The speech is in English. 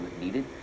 needed